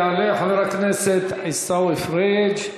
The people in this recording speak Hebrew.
יעלה חבר הכנסת עיסאווי פריג'.